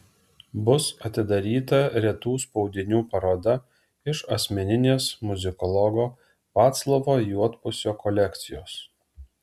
bus atidaryta retų spaudinių paroda iš asmeninės muzikologo vaclovo juodpusio kolekcijos